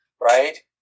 right